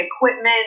equipment